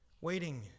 waiting